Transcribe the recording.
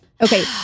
Okay